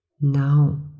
Now